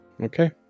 Okay